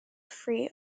free